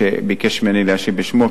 שביקש ממני להשיב בשמו,